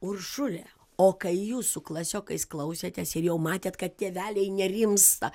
uršule o kai jūs su klasiokais klausėtės ir jau matėt kad tėveliai nerimsta